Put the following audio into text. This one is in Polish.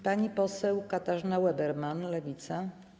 Pani poseł Katarzyna Ueberhan, Lewica.